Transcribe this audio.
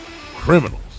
criminals